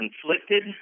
conflicted